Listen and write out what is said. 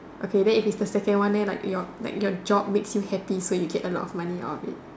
okay then if it's the second one leh like your like your job makes you happy so you get a lot of money out of it